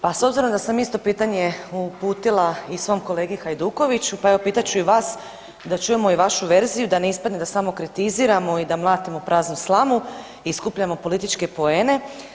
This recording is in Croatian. Pa s obzirom da sam isto pitanje uputila i svom kolegi Hajdukoviću, pa evo pitat ću i vas da čujemo i vašu verziju, da ne ispadne da samo kritiziramo i da mlatimo praznu slamu i skupljamo političke poene.